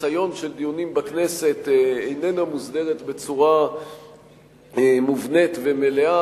החיסיון של הדיונים בכנסת איננה מוסדרת בצורה מובנית ומלאה,